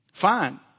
Fine